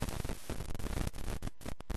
אני